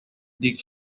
dick